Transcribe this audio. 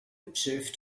observe